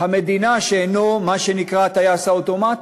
המדינה שאינו מה שנקרא הטייס האוטומטי.